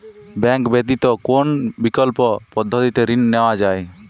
Bank ব্যতিত কোন বিকল্প পদ্ধতিতে ঋণ নেওয়া যায়?